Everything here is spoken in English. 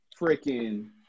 freaking